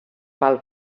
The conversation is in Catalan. pel